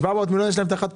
700 מיליון יש להם מהחד-פעמי.